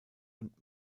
und